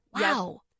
Wow